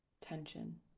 tension